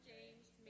James